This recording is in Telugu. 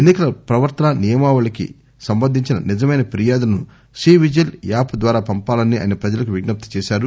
ఎన్నికల ప్రవర్తన నియమావళికి సంబంధించిన నిజమైన ఫిర్యాదులను సీ విజిల్ యాప్ద్వారా పంపాలని ఆయన ప్రజలకు విజ్ఞప్తి చేశారు